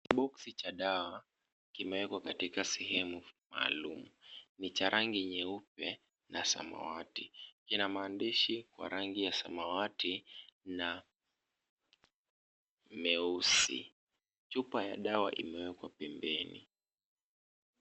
Kiboksi cha dawa kimewekwa katiaka sehemu maalum. Ni cha rangi nyeupe na samawati, ina maandishi ya rangi ya samawati na meusi. Chupa ya dawa imewekwa pembeni.